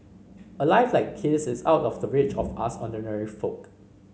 a life like his is out of the reach of us ordinary folk